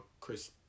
Chris